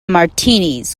martinis